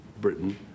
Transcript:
Britain